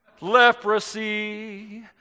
leprosy